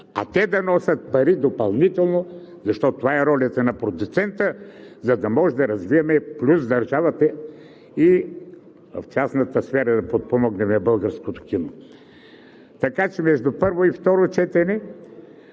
а да носят допълнително пари, защото това е ролята на продуцента, за да може да развием плюс държавата – и в частната сфера да подпомогнем българското кино. Така че между първо и второ четене